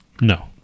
No